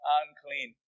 unclean